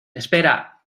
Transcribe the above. espera